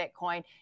Bitcoin